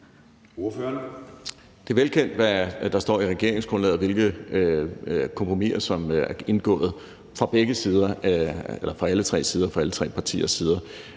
Det er velkendt, hvad der står i regeringsgrundlaget, og hvilke kompromiser der er indgået fra alle tre partiers side.